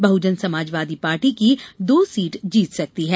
बहुजन Samajwadi party दो seat जीत सकती है